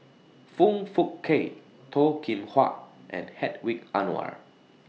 Foong Fook Kay Toh Kim Hwa and Hedwig Anuar